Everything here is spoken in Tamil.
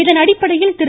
இதன் அடிப்படையில் திரு